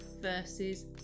versus